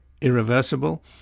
Irreversible